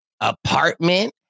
apartment